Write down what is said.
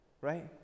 right